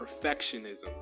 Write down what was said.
perfectionism